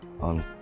on